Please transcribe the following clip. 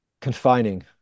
confining